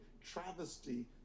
travesty